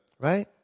Right